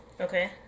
Okay